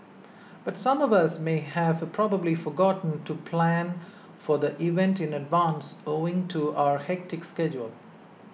but some of us may have probably forgotten to plan for the event in advance owing to our hectic schedule